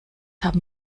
haben